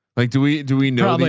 like, do we, do we know, like